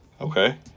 Okay